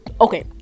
okay